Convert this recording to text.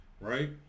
right